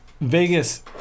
Vegas